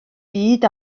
byd